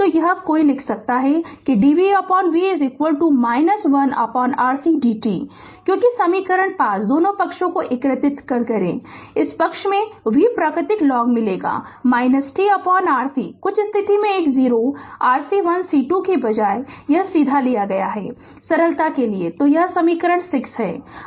तो यह कोई लिख सकता है कि dvv 1RC dt है क्योंकि समीकरण 5 दोनों पक्षों को एकीकृत करें इस पक्ष में v प्राकृतिक लॉग मिलेगा tRC कुछ स्थिर में एक oRC1 C2 के बजाय सीधे लिया गया है सरलता के लिए तो यह समीकरण 6 है